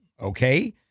okay